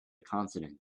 consonant